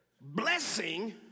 Blessing